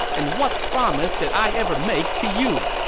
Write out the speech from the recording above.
and what promise did i ever make to you?